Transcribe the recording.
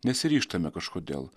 nesiryžtame kažkodėl